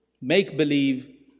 make-believe